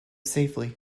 safely